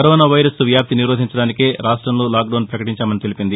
corona virus వ్యాప్తి నిరోధించడానికే రాష్టంలో లాక్డౌస్ పకటించామని తెలిపింది